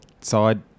Side